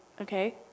okay